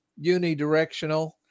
unidirectional